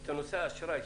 את נושא האשראי,